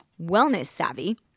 wellness-savvy